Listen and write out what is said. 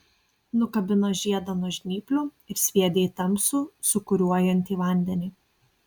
nukabino žiedą nuo žnyplių ir sviedė į tamsų sūkuriuojantį vandenį